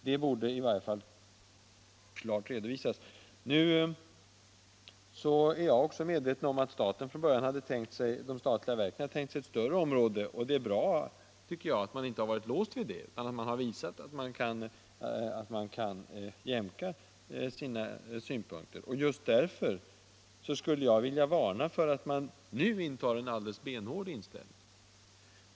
Det borde i varje fall klart redovisas. Också jag är medveten om att de statliga verken från början hade tänkt sig ett större område, och det är bra att man inte har varit låst vid detta utan visat att man kan jämka sina synpunkter. Just därför skulle jag vilja varna för att nu benhårt inta en viss ståndpunkt.